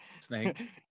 snake